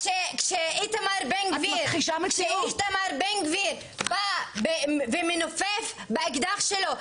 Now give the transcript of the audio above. כשאיתמר בן גביר בא ומנופף באקדח שלו,